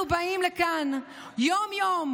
אנחנו באים לכאן יום-יום,